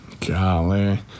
Golly